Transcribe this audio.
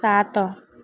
ସାତ